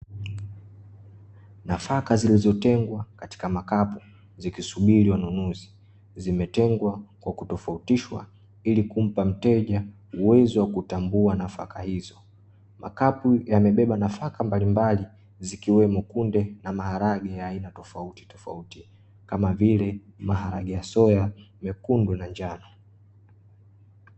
Nafaka zilizotengwa katika makapu zikisubiri wanunuzi. Zimetengwa kwa kutofautishwa ili kumpa mteja uwezo wa kutambua nafaka hizo. Makapu yamebeba nafaka mbalimbali zikiwemo kunde na maharage ya aina tofauti tofauti kama vile: maharage ya soya, mekundu na njano.